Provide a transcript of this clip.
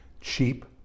cheap